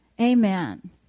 amen